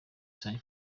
san